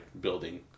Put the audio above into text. building